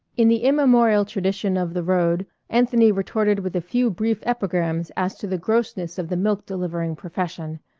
in the immemorial tradition of the road anthony retorted with a few brief epigrams as to the grossness of the milk-delivering profession.